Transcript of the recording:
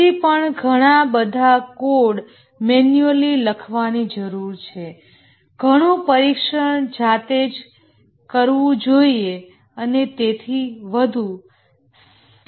હજી પણ ઘણા બધા કોડ મેન્યુઅલી લખવાની જરૂર પડે છે ઘણું ટેસ્ટિંગ જાતે જ કરવું પડે છે વગેરે